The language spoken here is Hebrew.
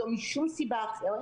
לא משום סיבה אחרת,